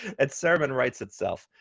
that sermon writes itself.